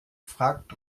fragt